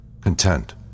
Content